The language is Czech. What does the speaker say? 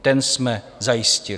Ten jsme zajistili.